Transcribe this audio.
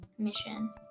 mission